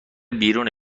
بیرون